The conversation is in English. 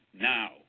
now